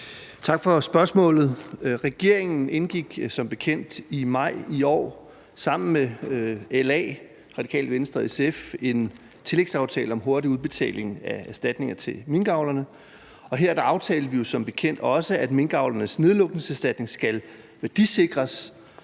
Tak for spørgsmålet. Regeringen indgik som bekendt i maj i år sammen med LA, Radikale Venstre og SF en tillægsaftale om en hurtig udbetaling af erstatninger til minkavlerne, og her aftalte vi jo som bekendt også, at minkavlernes nedlukningserstatning skal værdisikres